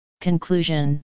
Conclusion